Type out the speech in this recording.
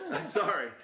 Sorry